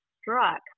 struck